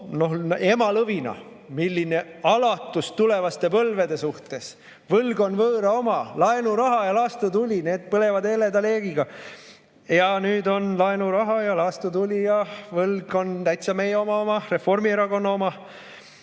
emalõvina: milline alatus tulevaste põlvede suhtes, võlg on võõra oma, laenuraha ja laastutuli, need põlevad heleda leegiga. Ja nüüd on laenuraha ja laastutuli ja võlg täitsa meie oma, Reformierakonna oma.